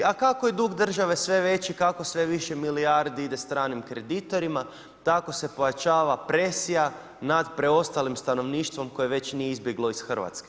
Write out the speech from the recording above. A kako je dug države sve veći, kako sve više milijardi ide stranim kreditorima, tako se povećava presija nad preostalim stanovništvom, koje već nije izbjeglo iz Hrvatske.